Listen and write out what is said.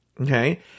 Okay